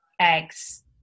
eggs